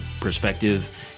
perspective